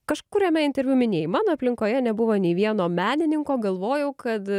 kažkuriame interviu minėjai mano aplinkoje nebuvo nei vieno menininko galvojau kad